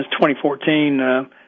2014